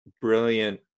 brilliant